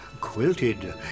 Quilted